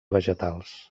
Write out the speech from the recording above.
vegetals